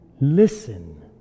listen